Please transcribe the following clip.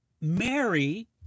Mary